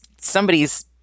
somebody's